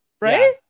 right